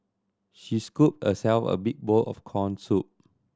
she scooped herself a big bowl of corn soup